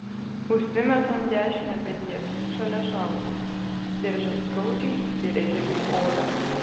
užsimetu ant dešinio peties šalia šautuvo diržas skaudžiai įsirėžia į odą